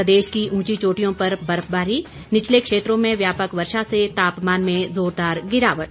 प्रदेश की ऊंची चोटियों पर बर्फबारी निचले क्षेत्रों में व्यापक वर्षा से तापमान में जोरदार गिरावट